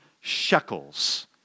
shekels